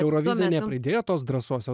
eurovizija nepridėjo tos drąsos